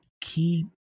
keep